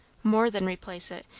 more than replace it,